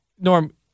Norm